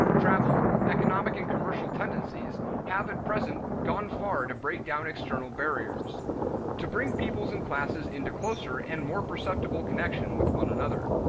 travel, economic and commercial tendencies, have at present gone far to break down external barriers to bring peoples and classes into closer and more perceptible connection with one another.